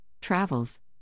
travels